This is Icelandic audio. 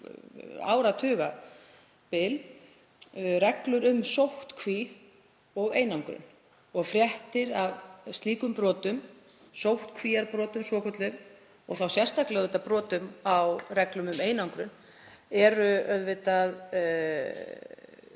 áratugabil um sóttkví og einangrun. Fréttir af slíkum brotum, sóttkvíarbrotum svokölluðum, og þá sérstaklega af brotum á reglum um einangrun, eru auðvitað